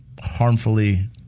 harmfully